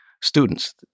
students